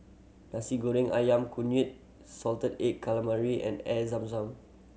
Nasi Goreng Ayam Kunyit salted egg calamari and Air Zam Zam